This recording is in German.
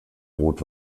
rot